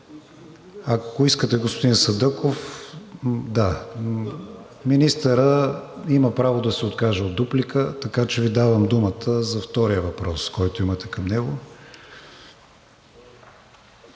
Ако искате, господин Садъков, министърът има право да се откаже от дуплика, така че Ви давам думата за втория въпрос, който имате към него.